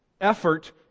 effort